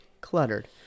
cluttered